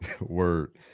Word